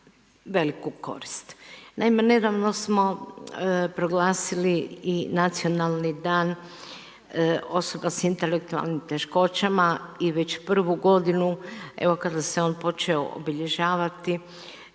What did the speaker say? veliku korist. Naime, nedavno smo proglasili i Nacionalni dan osobe s intelektualnim teškoćama i već prvu godinu, evo kada se on počeo obilježavati,